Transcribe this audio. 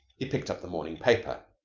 he picked up the morning paper.